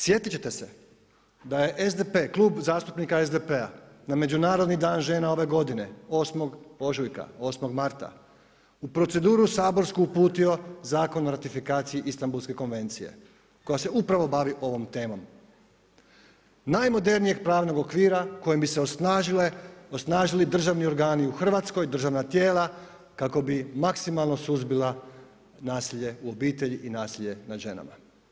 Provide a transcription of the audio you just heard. Sjetit ćete se da je SDP, Klub zastupnika SDP-a na Međunarodni dan žena ove godine 8. ožujka, 8. marta u proceduru saborsku uputio Zakon o ratifikaciji Istambulske konvencije koja se upravo bavi ovom temom, najmodernijeg pravnog okvira kojim bi se osnažili državni organi u Hrvatskoj, državna tijela kako bi maksimalno suzbila nasilje u obitelji i nasilje nad ženama.